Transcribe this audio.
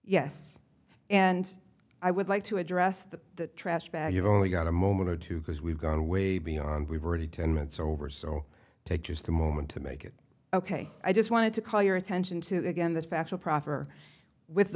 yes and i would like to address the trash bag you've only got a moment or two because we've got away beyond we've already ten minutes over so take just a moment to make it ok i just wanted to call your attention to the again the factual proffer with the